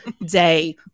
day